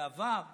בפעם הבאה